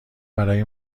برای